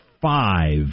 five